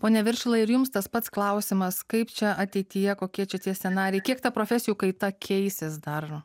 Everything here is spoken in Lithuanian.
pone viršilai ir jums tas pats klausimas kaip čia ateityje kokie čia tie scenarijai kiek ta profesijų kaita keisis dar